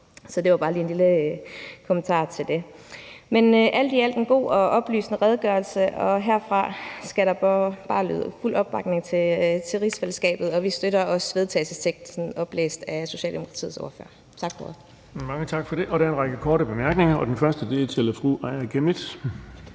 Så det var bare lige en lille kommentar til det. Det er alt i alt en god og oplysende redegørelse, og herfra skal der bare lyde fuld opbakning til rigsfællesskabet, og vi støtter også vedtagelsesteksten oplæst af Socialdemokratiets ordfører. Tak for ordet. Kl. 09:57 Den fg. formand (Erling Bonnesen): Mange tak for det. Der er en række korte bemærkninger, og den første er til fru Aaja Chemnitz.